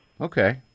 Okay